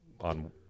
on